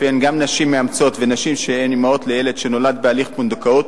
שלפיהן גם נשים מאמצות ונשים שהן אמהות לילד שנולד בהליך פונדקאות